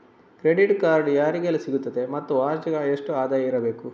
Credit card ಯಾರಿಗೆಲ್ಲ ಸಿಗುತ್ತದೆ ಮತ್ತು ವಾರ್ಷಿಕ ಎಷ್ಟು ಆದಾಯ ಇರಬೇಕು?